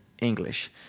English